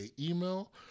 email